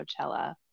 coachella